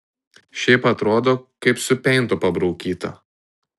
šiaip atrodo kaip su peintu pabraukyta